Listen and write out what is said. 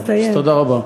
תודה רבה.